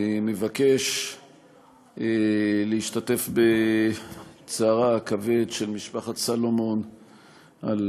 אני מבקש להשתתף בצערה הכבד של משפחת סלומון על